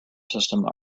system